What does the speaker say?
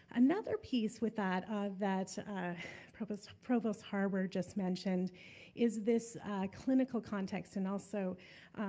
another piece with that that provost provost harbor just mentioned is this clinical context, and also